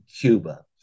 Cuba